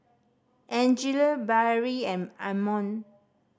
Angele Barrie and Ammon